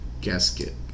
Gasket